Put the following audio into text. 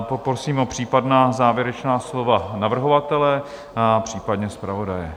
Poprosím o případná závěrečná slova navrhovatele, případně zpravodaje.